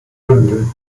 bündeln